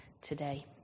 today